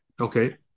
Okay